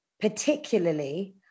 particularly